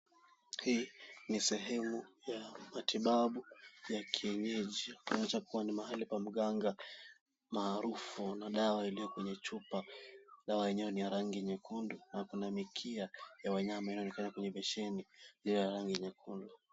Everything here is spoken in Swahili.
Hii ni sehemu ya matibabu ya kienyeji, inaweza kuwa ni mahali pa mganga maarufu na dawa iliyo kwenye chupa, dawa yenyewe ni ya rangi nyekundu na kuna mikia ya wanyama inayoonekana kwenye beseni pia ya rangi nyekundu.